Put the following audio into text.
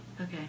Okay